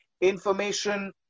information